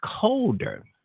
colder